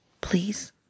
please